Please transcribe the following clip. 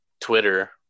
Twitter